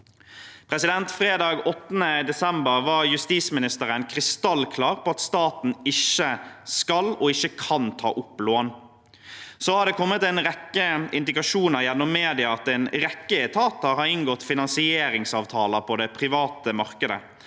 Fredag den 8. desember var justisministeren krystallklar på at staten ikke skal og ikke kan ta opp lån. Så har det kommet en rekke indikasjoner gjennom media på at en rekke etater har inngått finansieringsavtaler på det private markedet,